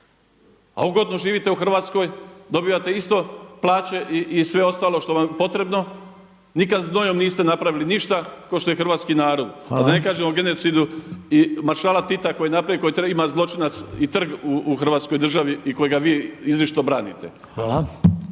A ugodno živite u Hrvatskoj, dobivate isto plaće i sve ostalo što vam je potrebno, nikada znojem niste napravili ništa kao što je hrvatski narod a da ne kažem o genocidu i maršala Tita koji je napravio, koji ima zločinac i trg u Hrvatskoj državi i kojega vi izričito branite.